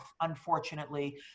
unfortunately